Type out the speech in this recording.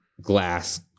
glass